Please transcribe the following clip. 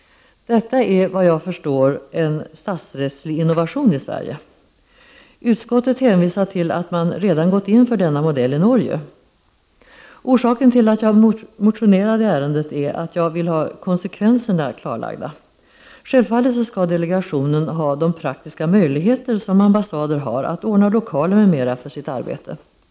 Detta är, såvitt jag förstår, en statsrättslig innovation i Sverige. Utskottet hänvisar till att man redan gått in för denna modell i Norge. Orsaken till att jag motionerade i ärendet är att jag vill ha konsekvenserna klarlagda. Självfallet skall delegationen ha de praktiska möjligheter som ambassader har att ordna lokaler m.m. för sitt arbete.